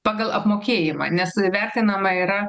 pagal apmokėjimą nes įvertinama yra